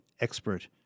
expert